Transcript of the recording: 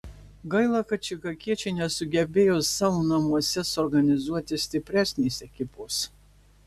gaila kad čikagiečiai nesugebėjo savo namuose suorganizuoti stipresnės ekipos